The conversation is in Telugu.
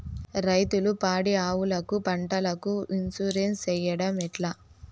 రైతులు పాడి ఆవులకు, పంటలకు, ఇన్సూరెన్సు సేయడం ఎట్లా?